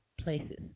places